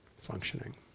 functioning